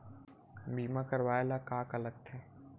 बीमा करवाय ला का का लगथे?